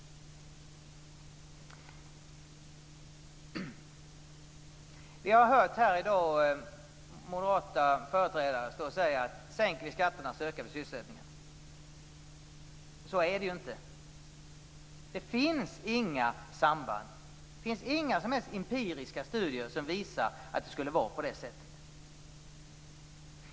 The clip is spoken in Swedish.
Vi har här i dag hört moderata företrädare säga: Sänker vi skatterna ökar vi sysselsättningen. Så är det ju inte. Det finns inga som helst empiriska studier som visar att det skulle vara på det sättet.